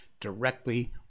directly